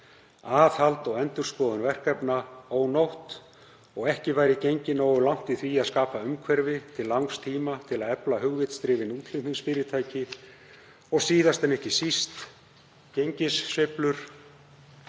aðhald og endurskoðun verkefna væri ónóg og ekki væri gengið nógu langt í því að skapa umhverfi til langs tíma til að efla hugvitsdrifin útflutningsfyrirtæki, og síðast en ekki síst væru gengissveiflur